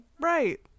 right